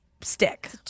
stick